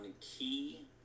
key